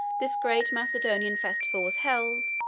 this great macedonian festival was held,